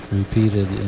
repeated